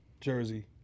Jersey